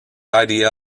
idea